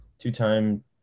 two-time